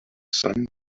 sun